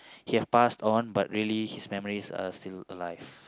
he have passed on but really his memories are still alive